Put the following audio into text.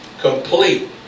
complete